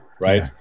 right